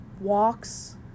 walks